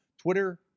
Twitter